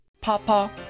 Papa